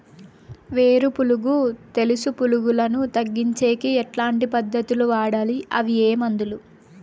వేరు పులుగు తెలుసు పులుగులను తగ్గించేకి ఎట్లాంటి పద్ధతులు వాడాలి? అవి ఏ మందులు?